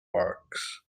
parks